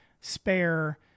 spare